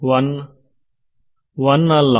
ವಿದ್ಯಾರ್ಥಿ1 1 ಅಲ್ಲ